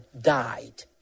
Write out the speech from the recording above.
died